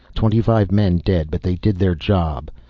twenty-five men dead, but they did their job.